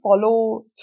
follow